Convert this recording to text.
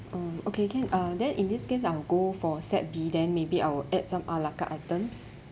uh okay can uh then in this case I'll go for set B then maybe I'll add some ala carte items